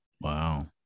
Wow